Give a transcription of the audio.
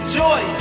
joy